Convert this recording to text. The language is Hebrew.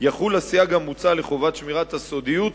יחול הסייג המוצע לחובת שמירת הסודיות,